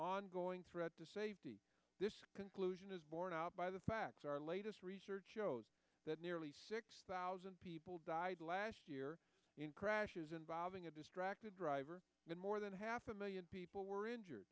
ongoing threat to safety this conclusion is borne out by the fact our latest research shows that nearly six thousand people died last year in crashes involving a distracted driver and more than half a million people were injured